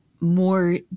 more